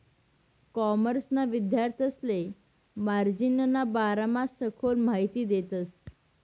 कॉमर्सना विद्यार्थांसले मार्जिनना बारामा सखोल माहिती देतस